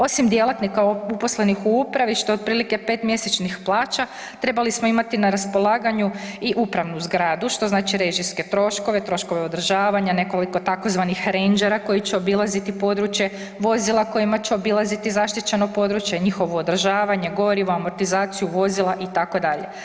Osim djelatnika uposlenih u upravi, što je otprilike 5 mjesečnih plaća, trebali smo imati na raspolaganju u upravnu zgradu, što znači režijske troškove, troškove održavanja, nekoliko tzv. renđera koji će obilaziti područje, vozila kojima će obilaziti zaštićeno područje, njihovo održavanje, gorivo, amortizaciju vozila, itd.